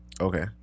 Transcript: Okay